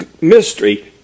mystery